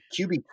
QB